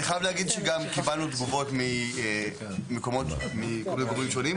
אני חייב להגיד שגם קיבלנו תגובות מגורמים שונים.